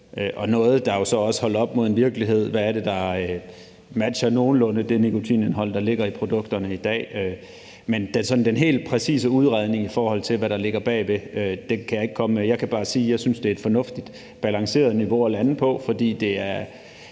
også noget, der er holdt op mod en virkelighed, i forhold til hvad det er, der nogenlunde matcher det nikotinindhold, der ligger i produkterne i dag. Men den helt præcise udredning, i forhold til hvad der ligger bagved, kan jeg ikke komme med. Jeg kan bare sige, at jeg synes, det er et fornuftigt balanceret niveau at lande på, fordi det